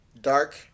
Dark